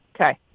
Okay